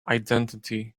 identity